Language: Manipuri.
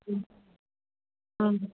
ꯎꯝ ꯑꯥ